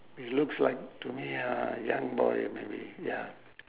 it looks like to me a young boy maybe ya